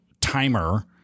timer